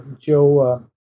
Joe